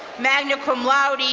magna cum laude,